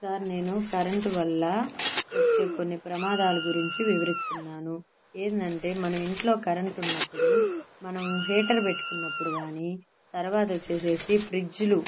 sir నేను current వల్ల వచ్చే కొన్ని ప్రమాదాల గురించి వివరిస్తున్నాను ఏంటంటే మనం ఇంట్లో కరెంటున్నప్పుడు మనం హీటర్ పెట్టుకున్నప్పుడు కాని తర్వాతొచ్చేసేసి ఫ్రిడ్జ్లు